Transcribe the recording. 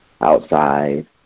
outside